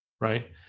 Right